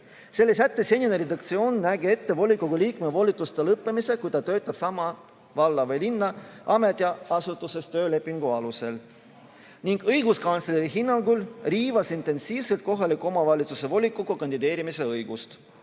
Selle sätte senine redaktsioon nägi ette volikogu liikme volituste lõppemise, kui ta töötab sama valla või linna ametiasutuses töölepingu alusel. Õiguskantsleri hinnangul riivas see intensiivselt kohaliku omavalitsuse volikokku kandideerimise õigust,